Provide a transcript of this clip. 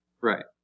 Right